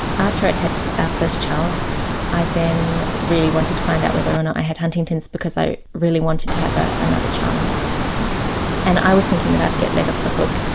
after i'd had our first child i then really wanted to find out whether or not i had huntington's because i really wanted to have ah another child and i was thinking that i'd get let off the hook,